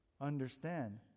understand